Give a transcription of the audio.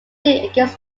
against